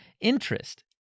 interest